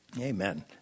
Amen